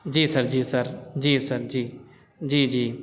G sir ji sir ji sir ji ji G